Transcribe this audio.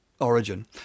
Origin